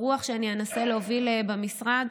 ברוח שאני אנסה להוביל במשרד,